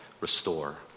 Restore